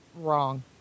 wrong